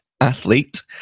Athlete